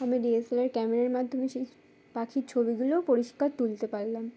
আমি D S L R ক্যামেরার মাধ্যমে সেই পাখির ছবিগুলোও পরিষ্কার তুলতে পারলাম